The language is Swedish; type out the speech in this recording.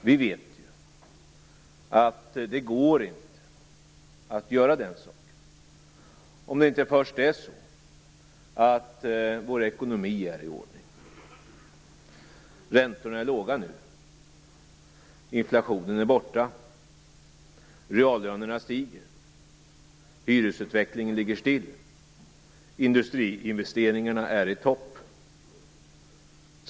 Vi vet att det inte går att göra det om inte vår ekonomi först är i ordning. Räntorna är låga nu. Inflationen är borta. Reallönerna stiger. Hyresutvecklingen ligger still. Industriinvesteringarna är i topp.